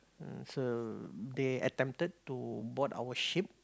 mm so they attempted to board our ship